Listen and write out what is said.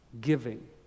giving